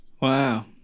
Wow